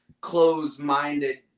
closed-minded